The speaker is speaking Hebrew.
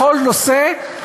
בכל נושא,